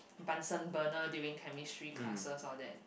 Bunsen burner during chemistry classes all that